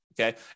Okay